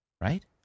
Right